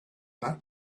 that